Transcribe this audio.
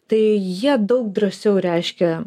tai jie daug drąsiau reiškia